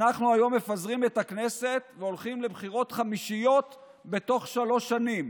אנחנו היום מפזרים את הכנסת והולכים לבחירות חמישיות בתוך שלוש שנים.